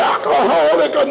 Alcoholic